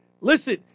Listen